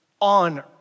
on